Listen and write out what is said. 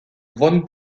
von